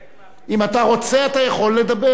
אם אתה רוצה, אתה